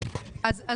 החלטה.